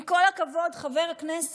עם כל הכבוד, חבר הכנסת,